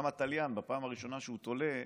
גם התליין, בפעם הראשונה שהוא תולה,